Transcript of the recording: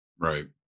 Right